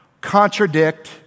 contradict